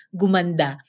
gumanda